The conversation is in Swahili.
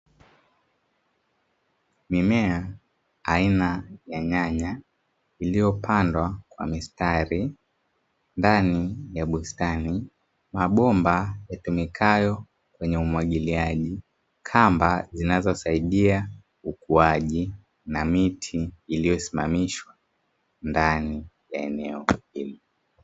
Mimea aina ya nyanya iliyopandwa kwa mistari ndani ya bustani, mabomba yatumikayo kwenye umwagiliaji, kamba zinaosaidia ukuaji na miti iliyosimamishwa ndani ya eneo hili.